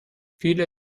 viele